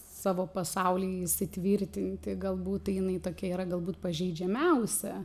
savo pasauly įsitvirtinti galbūt tai jinai tokia yra galbūt pažeidžiamiausia